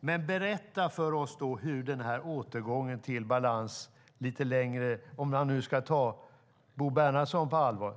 Men berätta då för oss hur denna återgång till balans lite längre fram ska gå till, om man nu ska ta Bo Bernhardsson på allvar!